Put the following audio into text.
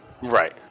Right